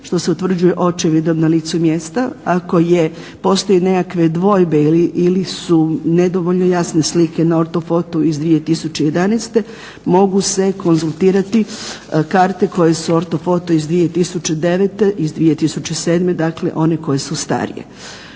što se utvrđuje očevidom na licu mjesta, ako postoje nekakve dvojbe ili su nedovoljno jasne slike na ortofotu iz 2011. mogu se konzultirati karte koje su ortofoto iz 2009., iz 2007., dakle one koje su starije.